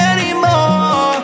Anymore